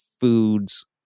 Foods